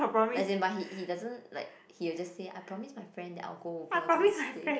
as in but he he doesn't like he will just say I promised my friend that I will go over to his place